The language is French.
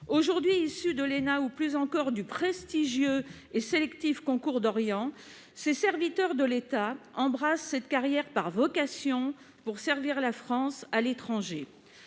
Aujourd'hui issus de l'ENA, voire du prestigieux et sélectif concours d'Orient, ces serviteurs de l'État embrassent cette carrière par vocation, pour servir la France à l'étranger.